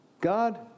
God